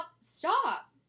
Stop